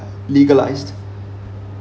legalised